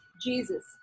Jesus